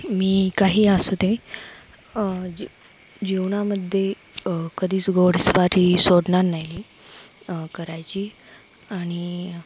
मी काही असू दे जे जेवणामध्ये कधीच घोडेस्वारी सोडणार नाही करायची आणि